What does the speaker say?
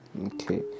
okay